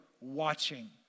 watching